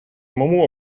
самому